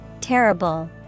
Terrible